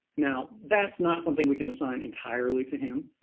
now that's not something we can assign entirely to him,